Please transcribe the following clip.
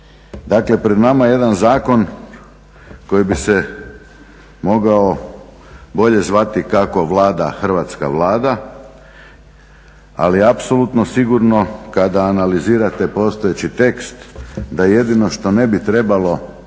Dakle, pred nama je jedan zakon koji bi se mogao bolje zvati kako Vlada hrvatska Vlada. Ali apsolutno sigurno kada analizirate postojeći tekst da jedino što ne bi trebalo